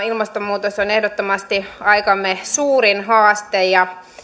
ilmastonmuutos on ehdottomasti aikamme suurin haaste